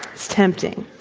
it's tempting.